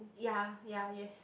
yea yea yes